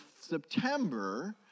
September